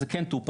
אז זה כן טופל.